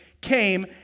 came